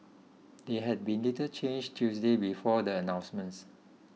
they had been little changed Tuesday before the announcements